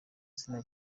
zina